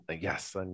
yes